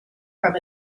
from